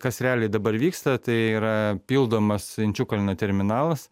kas realiai dabar vyksta tai yra pildomas inčiukalnio terminalas